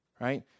Right